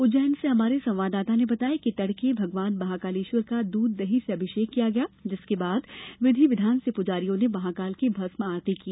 उज्जैन से हमारे संवाददाता ने बताया है कि तड़के भगवान महाकालेश्वर का द्ध दही से अभिषेक किया गया जिसके बाद विधि विधान से पुजारियों ने महाकाल की भस्म आरती की